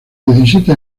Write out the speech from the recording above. diecisiete